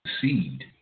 Seed